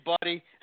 buddy